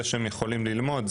שהם יכולים ללמוד,